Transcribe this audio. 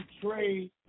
trade